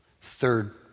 Third